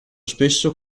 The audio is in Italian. spesso